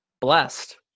blessed